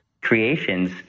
creations